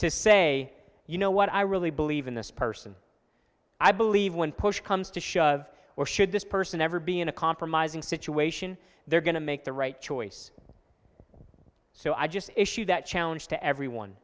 to say you know what i really believe in this person i believe when push comes to shove or should this person ever be in a compromising situation they're going to make the right choice so i just issued that challenge to